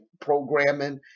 programming